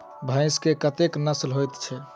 भैंस केँ कतेक नस्ल होइ छै?